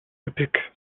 üppig